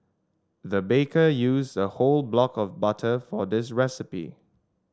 the baker used a whole block of butter for this recipe